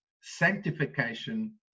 sanctification